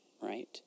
right